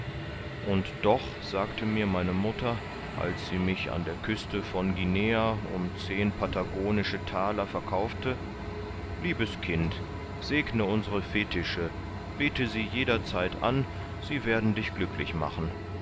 und doch sagte mir meine mutter als sie mich an der küste von guinea um zehn patagonische thaler verkaufte liebes kind segne unsere fetische bete sie jederzeit an sie werden dich glücklich machen